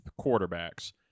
quarterbacks